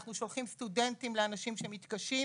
אנחנו שולחים סטודנטים לאנשים שמתקשים,